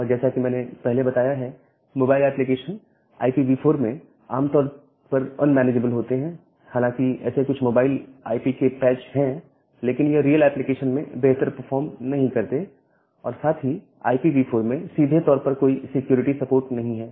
और जैसा कि मैंने पहले बताया है मोबाइल एप्लीकेशन IPv4 में आमतौर पर अनमैनेजेबल होते हैं हालांकि ऐसे कुछ मोबाइल आईपी के पैच हैं लेकिन यह रियल एप्लीकेशन में बेहतर परफॉर्म नहीं करते और साथ ही IPv4 में सीधे तौर पर कोई सिक्योरिटी सपोर्ट नहीं है